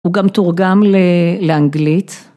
הוא גם תורגם ל... לאנגלית.